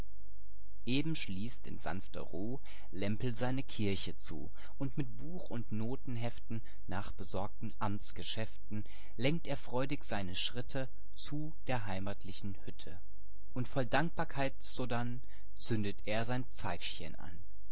eben schließt in sanfter ruh lämpel seine kirche zu und mit buch und notenheften nach besorgten amtsgeschäften illustration am nachhauseweg lenkt er freudig seine schritte zu der heimatlichen hütte illustration die pfeife wird angezündet und voll dankbarkeit sodann zündet er sein pfeifchen an